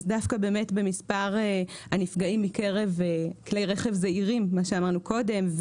אז דווקא במספר הנפגעים מקרב כלי רכב זעירים ורוכבי